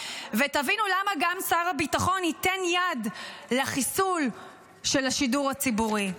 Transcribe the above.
ותבינו למה גם שר הביטחון ייתן יד לחיסול של השידור הציבורי.